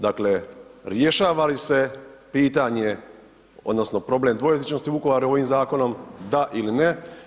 Dakle, rješava li se pitanje odnosno problem dvojezičnosti u Vukovaru ovim zakonom, da ili ne?